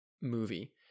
movie